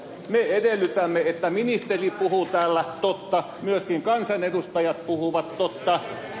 me edellytämme että ministeri puhuu täällä totta myöskin kansanedustajat puhuvat totta